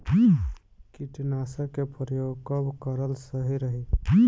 कीटनाशक के प्रयोग कब कराल सही रही?